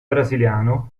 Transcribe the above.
brasiliano